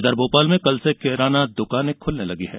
इधर भोपाल में कल से किराना दुकाने खुलने लगी है